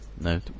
No